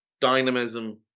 dynamism